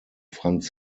franz